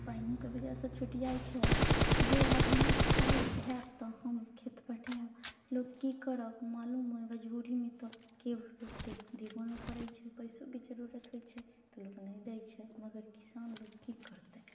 पाइनोके वजहसँ छुटि जाइ छै जे आब हमरा पाइ हैत तऽ खेत पटाइब लोक की करब मालूम अइ मजबूरीमे तऽ केओ लोकके देबो नहि करै छै पैसोके जरूरत होइ छै तऽ लोक नहि दै छै मगर किसान लोक की करतै